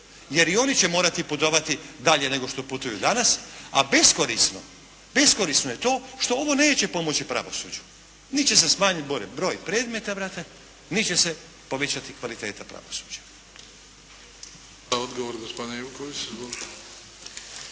jer i oni će morati putovati dalje nego što putuju danas. A beskorisno, beskorisno je to, što ovo neće pomoći pravosuđu, niti će se smanjiti gore broj predmeta, niti će se povećati kvaliteta pravosuđa.